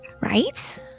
Right